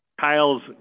Kyle's